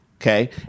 Okay